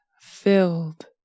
filled